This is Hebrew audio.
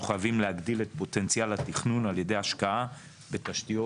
אנחנו חייבים להגדיל את פוטנציאל התכנון על ידי השקעה בתשתיות,